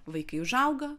vaikai užauga